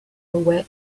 away